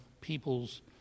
peoples